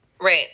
Right